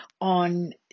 on